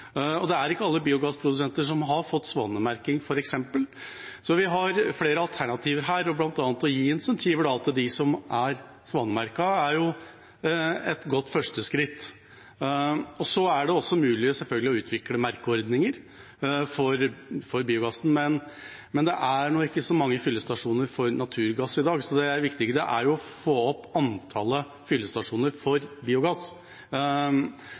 flere alternativer her, bl.a. er det å gi insentiver til dem som er svanemerket, et godt første skritt. Så er det selvfølgelig mulig å utvikle merkeordninger for biogassen, men det er ikke så mange fyllestasjoner for naturgass i dag, så det er viktigere å få opp antallet fyllestasjoner for biogass.